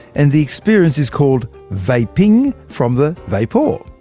and the experience is called vaping, from the vapour.